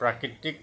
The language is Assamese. প্ৰাকৃতিক